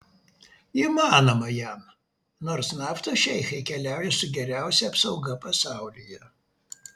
įmanoma jam nors naftos šeichai keliauja su geriausia apsauga pasaulyje